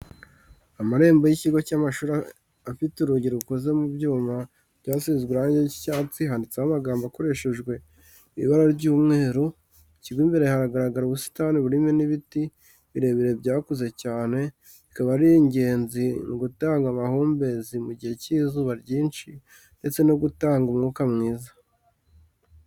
Amarembo y'ikigo cy'amashuri afite urugi rukoze mu byuma byasizwe irangi ry'icyatsi handitseho amagambo akoreshejwe ibara ry'umweru, mu kigo imbere hagaragara ubusitani burimo n'ibiti birebire byakuze cyane bikaba ari ingenzi mu gutanga amahumbezi mu gihe cy'izuba ryinshi ndetse no gutanga umwuka mwiza.